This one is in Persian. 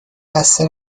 بسته